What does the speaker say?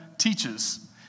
teaches